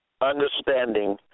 understanding